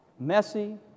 messy